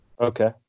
okay